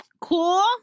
Cool